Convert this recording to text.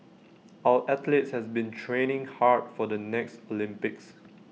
our athletes has been training hard for the next Olympics